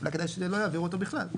אולי כדאי שלא יעבירו אותו בכלל.